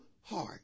heart